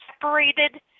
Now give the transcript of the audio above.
separated